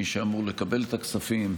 מי שאמור לקבל את הכספים.